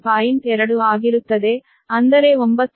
2 ಆಗಿರುತ್ತದೆ ಅಂದರೆ 9